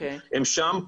הם שם,